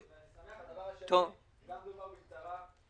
הדבר השני, גם דובר בקצרה.